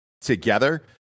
together